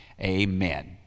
Amen